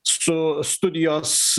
su studijos